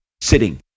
sitting